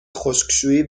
خشکشویی